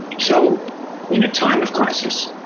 so in a time of crisis,